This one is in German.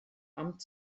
amt